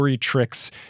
Tricks